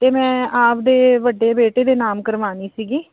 ਅਤੇ ਮੈਂ ਆਪ ਦੇ ਵੱਡੇ ਬੇਟੇ ਦੇ ਨਾਮ ਕਰਵਾਉਣੀ ਸੀਗੀ